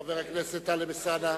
חבר הכנסת טלב אלסאנע.